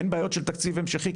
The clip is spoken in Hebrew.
אין בעיות של תקציב המשכי,